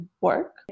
work